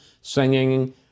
singing